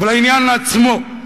אבל לעניין עצמו,